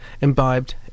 imbibed